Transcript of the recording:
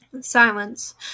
Silence